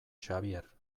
xabier